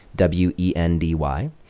W-E-N-D-Y